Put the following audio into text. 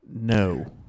No